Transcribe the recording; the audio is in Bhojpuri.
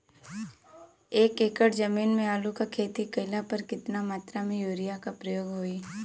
एक एकड़ जमीन में आलू क खेती कइला पर कितना मात्रा में यूरिया क प्रयोग होई?